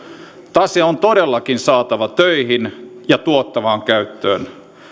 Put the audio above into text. tase on todellakin saatava töihin ja tuottavaan käyttöön